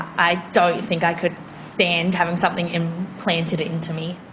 i don't think i could stand having something implanted into me.